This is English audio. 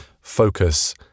focus